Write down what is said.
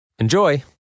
Enjoy